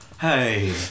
hey